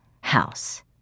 house